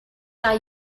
are